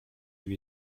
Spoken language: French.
lui